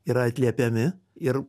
yra atliepiami ir